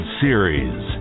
series